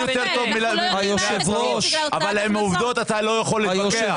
עם עובדות אתה לא יכול להתווכח.